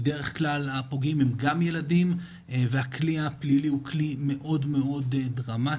בדרך כלל הפוגעים הם גם ילדים והכלי הפלילי הוא כלי מאוד מאוד דרמטי,